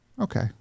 Okay